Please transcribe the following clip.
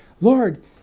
Lord